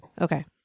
Okay